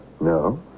No